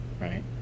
right